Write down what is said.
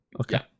okay